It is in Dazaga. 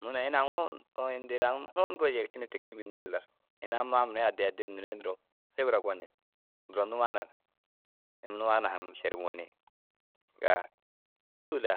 Nuŋu na ini aŋuu nuu na ini bêri aŋ hun goji yercine ti kege bênne jilla ru ini amma mire addi addii ru neere i duro hêbira goneere duro nuwaa na ina nuwaa na duro haŋu šerum gonii. Tûl a